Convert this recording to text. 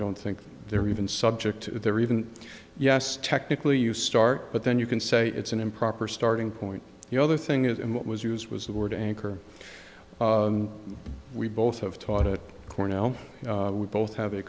don't think they're even subject they're even yes technically you start but then you can say it's an improper starting point the other thing is and what was used was the word anchor we both have taught at cornell we both have a